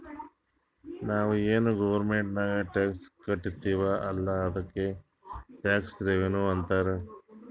ನಾವು ಏನ್ ಗೌರ್ಮೆಂಟ್ಗ್ ಟ್ಯಾಕ್ಸ್ ಕಟ್ತಿವ್ ಅಲ್ಲ ಅದ್ದುಕ್ ಟ್ಯಾಕ್ಸ್ ರೆವಿನ್ಯೂ ಅಂತಾರ್